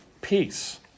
peace